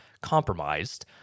compromised